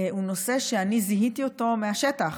הוא נושא שאני זיהיתי מהשטח.